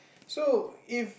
so if